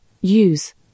use